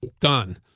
done